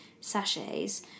sachets